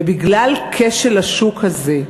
ובגלל כשל השוק הזה,